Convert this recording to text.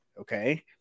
Okay